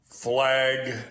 Flag